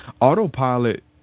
autopilot